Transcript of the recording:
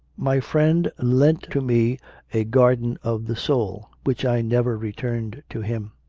my friend lent to me a garden of the soul which i never returned to him.